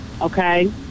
okay